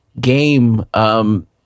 game